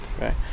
right